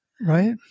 right